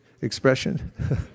expression